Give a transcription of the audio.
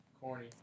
Corny